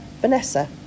Vanessa